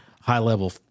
high-level